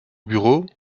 bureaux